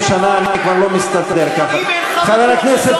חברת הכנסת